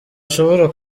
ushobora